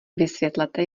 vysvětlete